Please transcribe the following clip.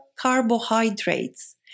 carbohydrates